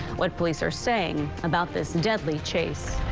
what police are saying about this deadly chase.